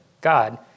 God